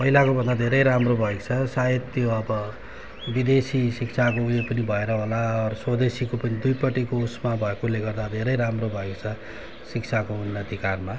पहिलाको भन्दा धेरै राम्रो भएको छ सायद त्यो अब विदेशी शिक्षाको उयो पनि भएर होला अरू स्वदेशीको पनि दुईपट्टिको उसमा भएकोले गर्दा धेरै राम्रो भएको छ शिक्षाको उन्नतिकारमा